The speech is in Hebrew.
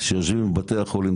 שיושבים בבתי החולים,